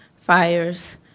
fires